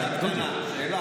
עודד, עודד, שאלה.